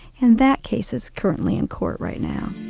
and that case is currently in court right now.